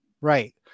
Right